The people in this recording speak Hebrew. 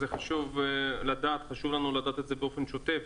חשוב לנו לדעת את זה באופן שוטף.